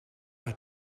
hat